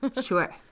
sure